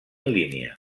línia